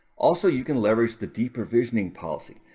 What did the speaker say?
also, you can leverage the deprovisioning policy.